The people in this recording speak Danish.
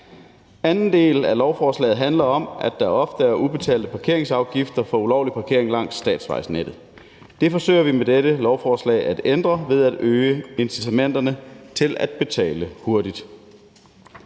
Anden del af lovforslaget handler om, at der ofte er ubetalte parkeringsafgifter for ulovlig parkering langs statsvejnettet. Det forsøger vi med dette lovforslag at ændre ved at øge incitamenterne til at betale hurtigt.